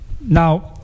now